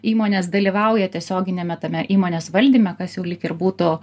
įmonės dalyvauja tiesioginiame tame įmonės valdyme kas jau lyg ir būtų